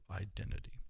identity